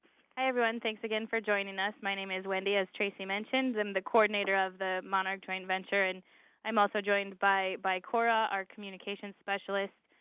everyone. thanks again for joining us. my name is wendy as tracy mentioned. i'm the coordinator of the monarch joint venture. and i'm also joined by by cora, our communication specialist.